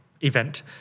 event